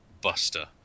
buster